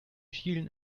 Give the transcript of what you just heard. schielen